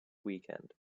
weekend